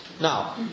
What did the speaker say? Now